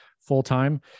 full-time